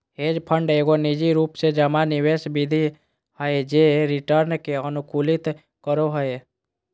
hedge fund एगो निजी रूप से जमा निवेश निधि हय जे रिटर्न के अनुकूलित करो हय